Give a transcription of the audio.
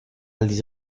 aldiz